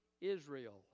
Israel